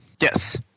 Yes